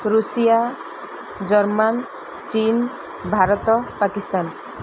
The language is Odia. ଋଷିଆ ଜର୍ମାନ ଚୀନ୍ ଭାରତ ପାକିସ୍ତାନ